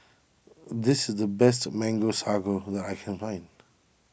this is the best Mango Sago who I can find